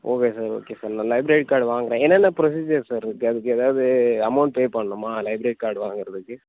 okay sir okay sir நான் library card வாங்குகிறேன் என்னென்ன ப்ரொசீஜர் சார் இருக்குது அதுக்கு ஏதாது அமௌன்ட் பே பண்ணணுமா லைப்ரரி கார்டு வாங்குறதுக்கு